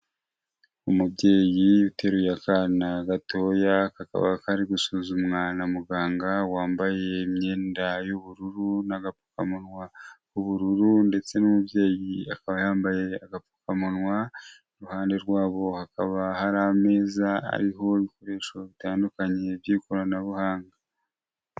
Umubyeyi uteruye akana gatoya, kakaba kari gusuzumwa na muganga, wambaye imyenda y'ubururu n'agapfukamunwa k'ubururu ndetse n'umubyeyi akaba yambaye agapfukamunwa, iruhande rwabo hakaba hari ameza ariho ibikoresho bitandukanye by'ikoranabuhanga.